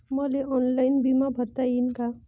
मले ऑनलाईन बिमा भरता येईन का?